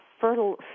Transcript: fertile